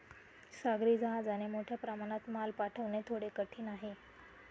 सागरी जहाजाने मोठ्या प्रमाणात माल पाठवणे थोडे कठीण आहे